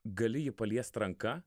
gali jį paliest ranka